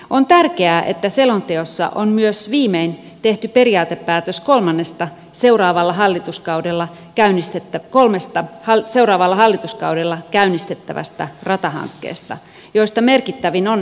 on tärkeää että selonteossa on myös viimein tehty periaatepäätös kolmannesta seuraavalla hallituskaudella käynnistetty kolmesta hall seuraavalla hallituskaudella käynnistettävästä ratahankkeesta joista merkittävin on